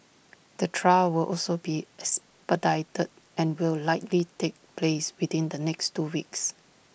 the trial will also be expedited and will likely take place within the next two weeks